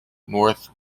north